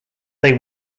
they